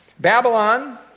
Babylon